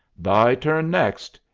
thy turn next,